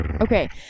Okay